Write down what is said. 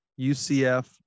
UCF